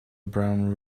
brown